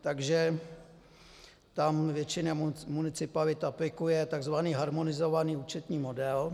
Takže tam většina municipalit aplikuje tzv. harmonizovaný účetní model.